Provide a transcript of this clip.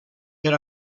per